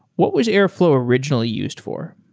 what was airflow originally used for?